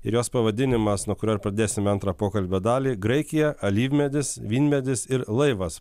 ir jos pavadinimas nuo kurio ir pradėsime antrą pokalbio dalį graikija alyvmedis vynmedis ir laivas